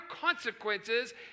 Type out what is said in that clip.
consequences